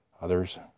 others